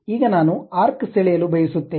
ಈಗ ನಾನು ಆರ್ಕ್ ಸೆಳೆಯಲು ಬಯಸುತ್ತೇನೆ